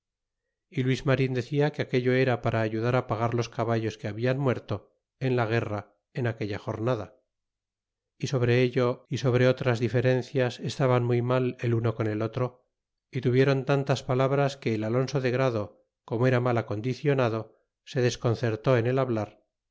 y luis marin decia que aquello era para ayudar á pagar los caballos que hablan muerto en la guerra en aquella jornada y sobre ello y sobre otras diferencias estaban muy mal el uno con el otro y tuvieron tantas palabras que el alonso de grado como era mal acondicionado se desconcertó en el hablar y